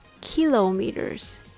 kilometers